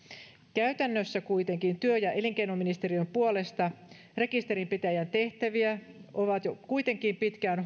käytännössä kuitenkin työ ja elinkeinoministeriön puolesta rekisterinpitäjän tehtäviä on jo pitkään